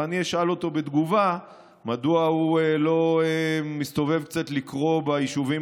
ואני אשאל אותו בתגובה מדוע הוא לא מסתובב קצת לקרוא ביישובים